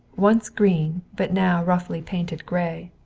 once green, but now roughly painted gray.